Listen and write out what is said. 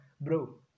bro